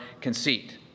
conceit